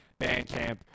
Bandcamp